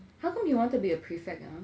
how come you want to be a prefect uh